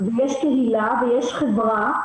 יש קהילה ויש חברה,